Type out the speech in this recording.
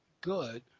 good